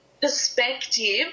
perspective